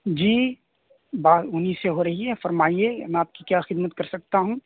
جی بات انہیں سے ہو رہی ہے فرمائیے میں آپ کی کیا خدمت کر سکتا ہوں